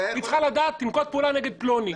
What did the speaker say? היא צריכה לדעת לנקוט פעולה נגד פלוני.